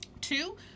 Two